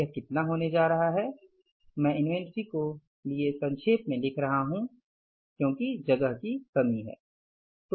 यह कितना होने जा रहा है मैं इन्वेंट्री के लिए संक्षेप में लिख रहा हूं या क्योंकि जगह की कमी है